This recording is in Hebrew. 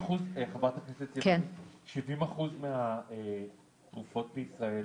70 אחוז מהתרופות בישראל